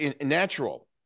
natural